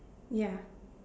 ya